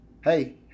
hey